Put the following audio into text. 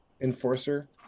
enforcer